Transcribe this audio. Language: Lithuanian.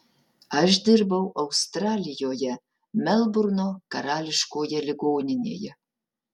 aš dirbau australijoje melburno karališkoje ligoninėje